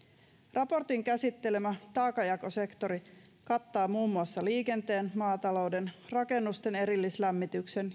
raportin käsittelemä taakanjakosektori kattaa muun muassa liikenteen maatalouden rakennusten erillislämmityksen